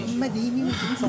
כמה הליכים עשיתם.